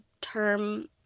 term